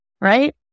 Right